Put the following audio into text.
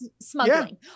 smuggling